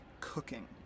cooking